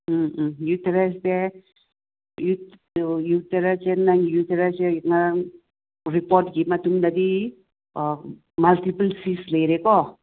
ꯎꯝ um ꯌꯨꯇꯦꯔꯁꯁꯦ ꯌꯨꯇꯦꯔꯁꯁꯦ ꯅꯪꯒꯤ ꯌꯨꯇꯦꯔꯁꯁꯦ ꯅꯪ ꯔꯤꯄꯣꯔꯠꯀꯤ ꯃꯇꯨꯡ ꯏꯟꯅꯗꯤ ꯃꯜꯇꯤꯄꯜ ꯁꯤꯁ ꯂꯩꯔꯦꯀꯣ